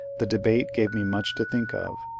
the debate gave me much to think of.